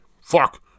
Fuck